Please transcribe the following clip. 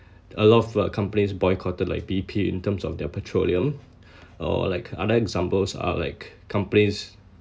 a lot of uh companies boycotted like B_P in terms of their petroleum or like other examples are like companies